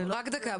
רק דקה.